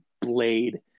blade